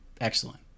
excellent